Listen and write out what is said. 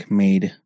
made